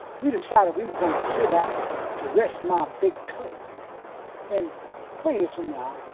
we decided we were gonna sit out to rest my big toe and cletus and i,